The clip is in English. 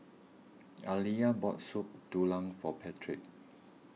Aliya bought Soup Tulang for Patric